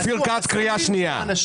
אופיר כץ ושלמה קרעי קריאה ראשונה.